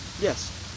Yes